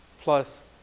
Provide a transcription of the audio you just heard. plus